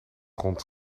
grond